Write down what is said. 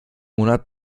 monat